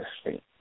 state